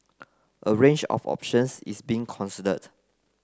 a range of options is being considered